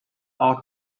out